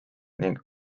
ning